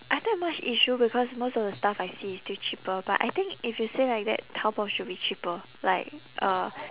I don't have much issue because most of the stuff I see is still cheaper but I think if you say like that taobao should be cheaper like uh